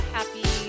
Happy